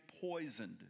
poisoned